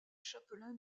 chapelain